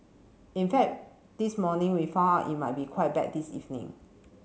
in fact this morning we found out it might be quite bad this evening